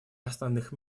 основных